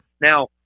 Now